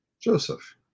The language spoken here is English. Joseph